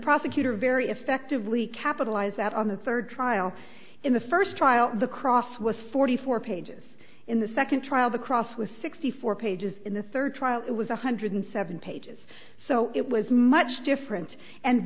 prosecutor very effectively capitalize that on the third trial in the first trial the cross was forty four pages in the second trial the cross was sixty four pages in the third trial it was one hundred seven pages so it was much different and